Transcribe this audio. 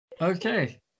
Okay